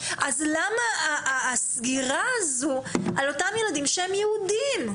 למה הסגירה הזו על אותם ילדים שהם יהודים?